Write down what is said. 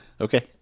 Okay